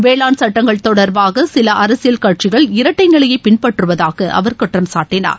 வேளாண் சட்டங்கள் தொடர்பாக சில அரசியல் கட்சிகள் இரட்டை நிலையை பின்பற்றுவதாக அவர் குற்றம் சாட்டினார்